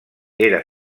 era